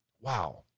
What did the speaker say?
Wow